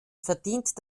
verdient